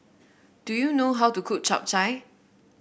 do you know how to cook Chap Chai